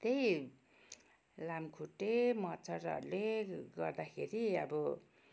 त्यही लामखुट्टे मच्छडहरूले गर्दाखेरि अब